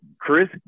Chris